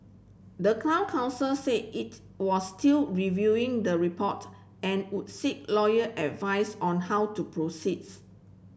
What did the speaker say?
the town council say it was still reviewing the report and would seek lawyer advice on how to proceeds